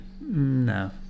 no